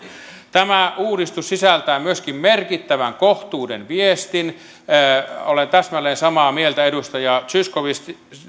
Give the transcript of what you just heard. tämä uudistus sisältää myöskin merkittävän kohtuuden viestin olen täsmälleen samaa mieltä edustaja zyskowiczin